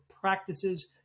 practices